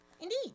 Indeed